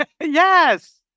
Yes